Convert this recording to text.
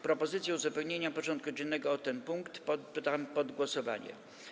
Propozycję uzupełnienia porządku dziennego o ten punkt poddam pod głosowanie.